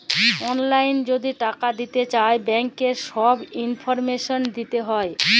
অললাইল যদি টাকা দিতে চায় ব্যাংকের ছব ইলফরমেশল দিতে হ্যয়